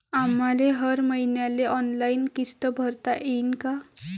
आम्हाले हर मईन्याले ऑनलाईन किस्त भरता येईन का?